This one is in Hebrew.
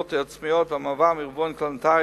בהשתתפויות עצמיות והמעבר מרבעון קלנדרי